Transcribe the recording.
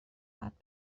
باید